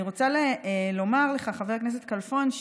אני רוצה לומר לך, חבר הכנסת כלפון,